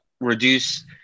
reduce